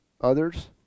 others